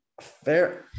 Fair